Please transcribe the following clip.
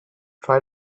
try